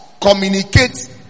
communicate